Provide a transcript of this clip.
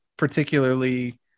particularly